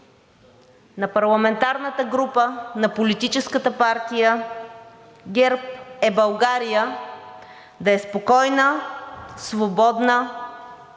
на парламентарната група на Политическата партия ГЕРБ, е България да е спокойна, свободна